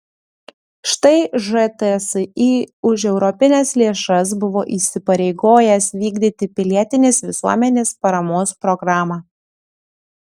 štai žtsi už europines lėšas buvo įsipareigojęs vykdyti pilietinės visuomenės paramos programą